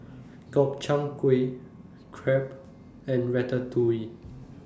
Gobchang Gui Crepe and Ratatouille